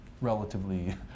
relatively